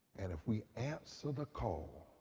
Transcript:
and if we answer the call,